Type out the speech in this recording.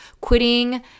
quitting